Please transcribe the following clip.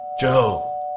Joe